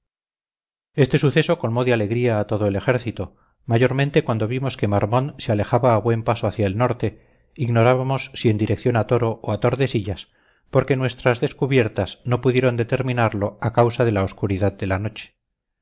este suceso colmó de alegría a todo el ejército mayormente cuando vimos que marmont se alejaba a buen paso hacia el norte ignorábamos si en dirección a toro o a tordesillas porque nuestras descubiertas no pudieron determinarlo a causa de la oscuridad de la noche